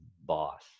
boss